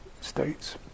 states